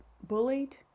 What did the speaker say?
bullied